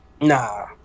Nah